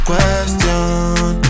Question